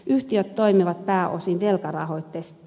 yhtiöt toimivat pääosin velkarahoitteisesti